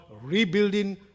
rebuilding